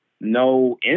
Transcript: no